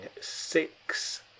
six